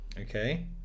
Okay